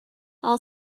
all